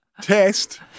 test